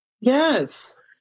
Yes